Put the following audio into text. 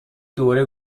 دوره